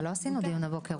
אבל לא עשינו דיון הבוקר.